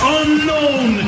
unknown